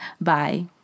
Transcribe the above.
Bye